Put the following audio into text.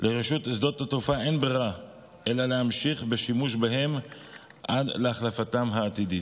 לרשות שדות התעופה אין ברירה אלא להמשיך בשימוש בהם עד להחלפתם העתידית,